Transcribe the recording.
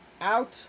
out